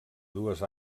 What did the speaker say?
dues